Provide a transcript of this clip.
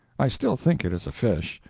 i still think it is a fish,